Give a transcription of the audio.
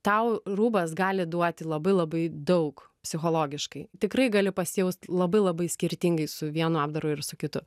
tau rūbas gali duoti labai labai daug psichologiškai tikrai gali pasijaust labai labai skirtingai su vienu apdaru ir su kitu